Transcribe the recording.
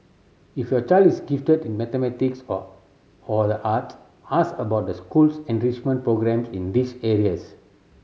if your child is gifted in mathematics or or the art ask about the school's enrichment programme in these areas